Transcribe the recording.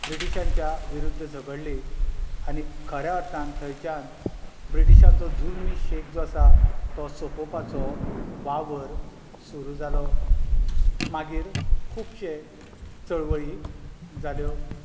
ब्रिटीशांच्या विरूध्द झगडली आनी खऱ्या अर्थान थंयच्यान ब्रिटीशांचो जुल्मी शेक जो आसा तो सोंपोवपाचो वावर सुरू जालो मागीर खुबशे चळवळी जाल्यो